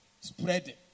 spreading